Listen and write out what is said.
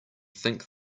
think